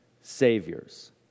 saviors